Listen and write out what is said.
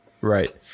Right